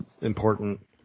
important